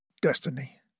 Destiny